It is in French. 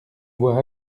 voir